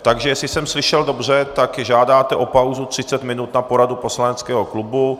Takže jestli jsem slyšel dobře, tak žádáte o pauzu 30 minut na poradu poslaneckého klubu.